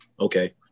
okay